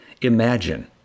Imagine